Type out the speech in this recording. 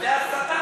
זו הסתה.